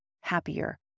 happier